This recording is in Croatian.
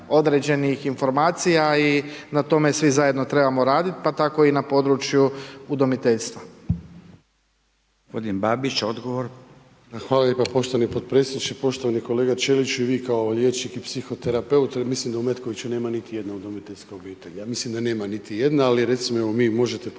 određenih informacija i na tome svi zajedno trebamo radit pa tako i na području udomiteljstva.